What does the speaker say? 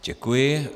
Děkuji.